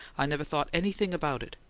i never thought anything about it.